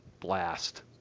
blast